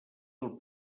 del